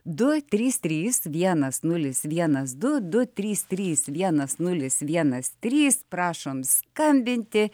du trys trys vienas nulis vienas du du trys trys vienas nulis vienas trys prašom skambinti